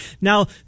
Now